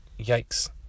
Yikes